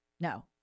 no